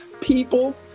people